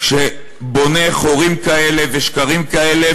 שבונה חורים כאלה ושקרים כאלה,